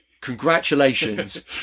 congratulations